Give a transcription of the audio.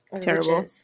Terrible